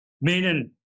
Meaning